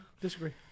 Disagree